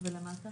שנמצאת